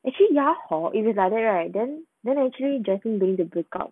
actually ya hor if it's like that right then then actually joycelyn wouldn't been break up